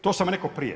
To sam rekao prije.